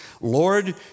Lord